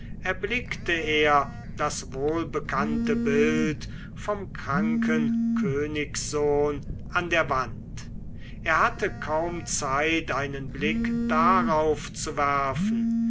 erblickte er das wohlbekannte bild vom kranken königssohn an der wand er hatte kaum zeit einen blick darauf zu werfen